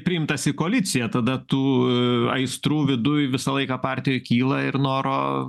priimtas į koaliciją tada tų aistrų viduj visą laiką partijoj kyla ir noro